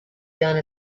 done